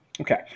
Okay